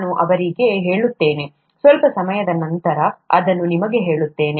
ನಾನು ಅವರಿಗೆ ಹೇಳುತ್ತೇನೆ ಸ್ವಲ್ಪ ಸಮಯದ ನಂತರ ಅದನ್ನು ನಿಮಗೆ ಹೇಳುತ್ತೇನೆ